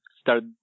start